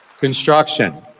construction